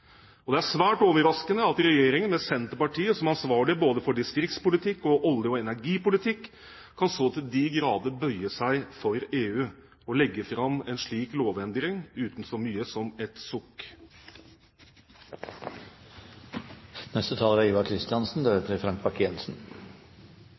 Nord-Norge. Det er svært overraskende at regjeringen med Senterpartiet som ansvarlig både for distriktspolitikk og olje- og energipolitikk kan bøye seg så til de grader for EU og legge fram en slik lovendring uten så mye som et sukk. Det er